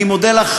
אני מודה לך,